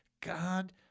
God